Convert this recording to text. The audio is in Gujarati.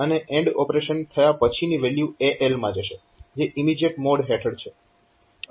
અને AND ઓપરેશન થયા પછીની વેલ્યુ AL માં જશે જે ઇમીજીએટ મોડ હેઠળ છે